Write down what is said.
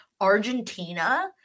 argentina